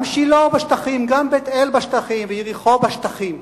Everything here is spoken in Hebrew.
גם שילה בשטחים, גם בית-אל בשטחים ויריחו בשטחים.